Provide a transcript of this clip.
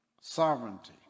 sovereignty